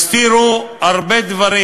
הסתירו הרבה דברים,